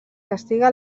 castiga